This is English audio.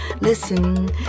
listen